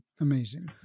amazing